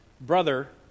brother